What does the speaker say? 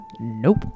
Nope